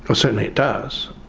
but certainly it does.